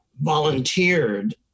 volunteered